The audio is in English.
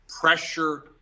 pressure